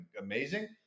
amazing